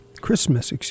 Christmas